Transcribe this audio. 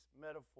metaphor